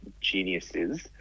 geniuses